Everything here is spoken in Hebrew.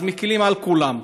מקילים על כולם.